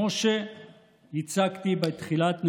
כמו שהצגתי בתחילת נאומי,